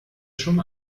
schon